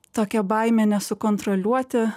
tokia baimė nesukontroliuoti